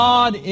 God